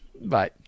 Bye